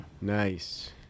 Nice